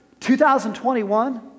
2021